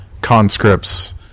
conscripts